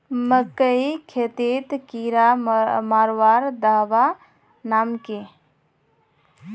मकई खेतीत कीड़ा मारवार दवा नाम की?